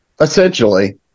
Essentially